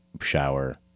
shower